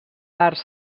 arts